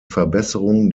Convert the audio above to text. verbesserung